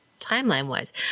timeline-wise